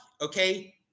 okay